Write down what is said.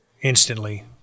instantly